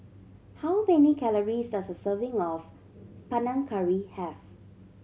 how many calories does a serving of Panang Curry have